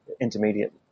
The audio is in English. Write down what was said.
intermediate